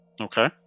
Okay